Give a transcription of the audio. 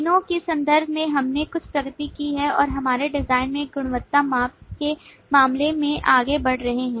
दिनों के संदर्भ में हमने कुछ प्रगति की है और हमारे डिजाइन में गुणवत्ता माप के मामले में आगे बढ़ रहे हैं